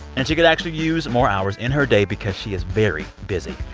and she could actually use more hours in her day because she is very busy.